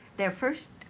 their first